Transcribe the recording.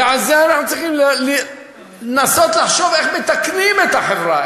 ועל זה אנחנו צריכים לנסות לחשוב איך מתקנים את החברה,